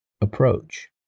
approach